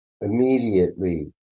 immediately